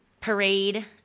parade